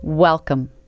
Welcome